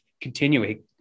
continuing